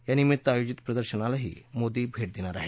यानिमित्त आयोजित प्रदर्शनालाही मोदी भेट देणार आहेत